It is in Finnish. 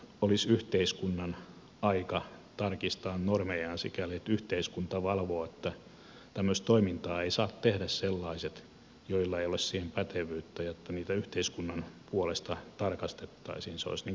olisiko yhteiskunnan aika tarkistaa normejaan sikäli että yhteiskunta valvoo että tämmöistä toimintaa eivät saa tehdä sellaiset joilla ei ole siihen pätevyyttä ja että niitä yhteiskunnan puolesta tarkastettaisiin